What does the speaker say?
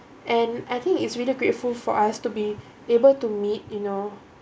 and I think it's really grateful for us to be able to meet you know